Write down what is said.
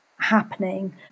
happening